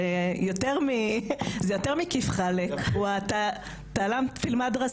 זה יותר מאשר לדעת לומר מה שלומך,